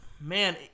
man